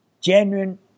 genuine